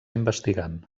investigant